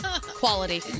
Quality